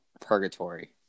purgatory